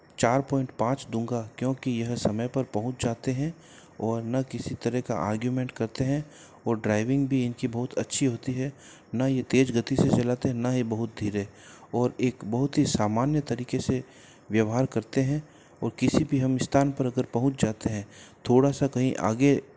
चार पॉइंट पाँच दूँगा क्योंकि यह समय पर पहुंच जाते हैं और ना किसी तरह का आरग्यूमेंट करते हैं और ड्राइविंग भी इन की बहुत अच्छी होती है ना ये तेज़ गति से चलाते हैं ना ये बहुत धीरे और एक बहुत ही सामान्य तरीक़े से व्यवहार करते हैं और किसी भी हम स्थान पर अगर पहुंच जाते हैं थोड़ा सा कहीं आगे